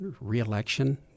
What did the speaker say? reelection